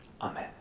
Amen